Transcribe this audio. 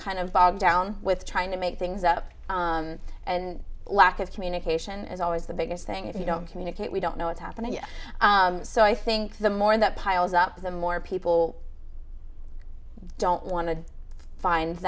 kind of bogged down with trying to make things up and lack of communication is always the biggest thing if you don't communicate we don't know what's happening so i think the more that piles up the more people don't want to find